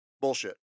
Bullshit